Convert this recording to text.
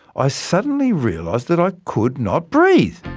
i suddenly realized that i could not breathe!